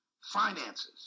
finances